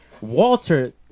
Walter